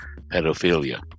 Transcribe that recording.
pedophilia